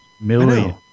million